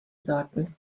sorten